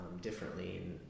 differently